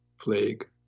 plague